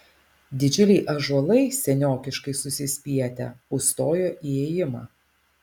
didžiuliai ąžuolai seniokiškai susispietę užstojo įėjimą